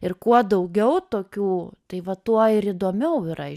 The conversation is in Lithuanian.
ir kuo daugiau tokių tai va tuo ir įdomiau yra